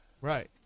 Right